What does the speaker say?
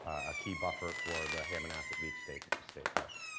a key buffer for the hammonasset beach state state park.